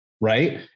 Right